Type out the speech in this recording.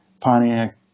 Pontiac